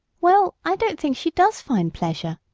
well, i don't think she does find pleasure,